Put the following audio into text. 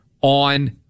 on